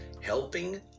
helping